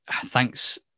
thanks